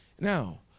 Now